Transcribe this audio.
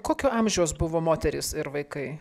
kokio amžiaus buvo moterys ir vaikai